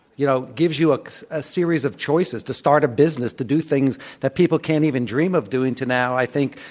you know, gives you ah a series of choices to start a business, to do things that people can't even dream of doing to now, i think,